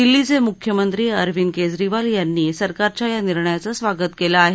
दिल्लीचे मुख्यमंत्री अरविंद केजरीवाल यांनी सरकारच्या या निर्णयाचं स्वागत केलं आहे